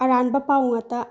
ꯑꯔꯥꯟꯕ ꯄꯥꯎ ꯉꯥꯛꯇ